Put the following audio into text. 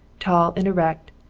tall and erect,